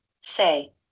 say